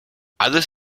alles